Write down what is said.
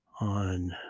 on